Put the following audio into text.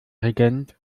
regent